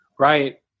Right